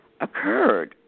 occurred